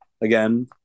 Again